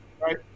right